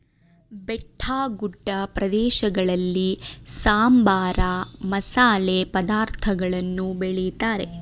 ಬೆಟ್ಟಗುಡ್ಡ ಪ್ರದೇಶಗಳಲ್ಲಿ ಸಾಂಬಾರ, ಮಸಾಲೆ ಪದಾರ್ಥಗಳನ್ನು ಬೆಳಿತಾರೆ